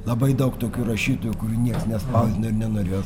labai daug tokių rašytojų kurių nieks nespausdino ir nenorėjo